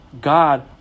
God